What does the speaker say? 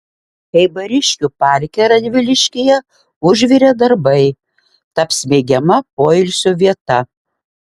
eibariškių parke radviliškyje užvirė darbai taps mėgiama poilsio vieta